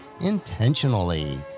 intentionally